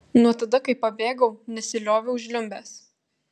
nuo tada kai pabėgau nesilioviau žliumbęs